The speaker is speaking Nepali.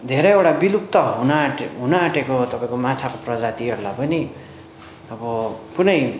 धेरैवटा विलुप्त हुन आँटेको हुनु आँटेको तपाईँको माछाको प्रजातिहरूलाई पनि अब कुनै